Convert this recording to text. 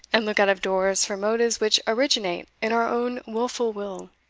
and look out of doors for motives which originate in our own wilful will.